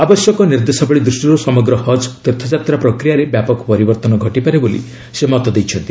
ଆବଶ୍ୟକ ନିର୍ଦ୍ଦେଶାବଳୀ ଦୃଷ୍ଟିରୁ ସମଗ୍ର ହଜ୍ ତୀର୍ଥ ଯାତ୍ରା ପ୍ରକ୍ରିୟାରେ ବ୍ୟାପକ ପରିବର୍ତ୍ତନ ଘଟିପାରେ ବୋଲି ସେ ମତ ଦେଇଛନ୍ତି